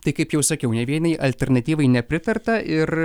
tai kaip jau sakiau ne vienai alternatyvai nepritarta ir